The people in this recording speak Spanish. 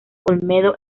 olmedo